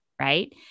right